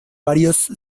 varios